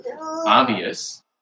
obvious